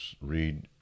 read